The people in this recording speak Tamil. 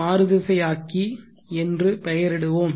மாறுதிசையாக்கி என்று பெயரிடுவோம்